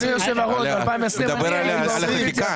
הוא מדבר על החקיקה.